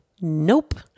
Nope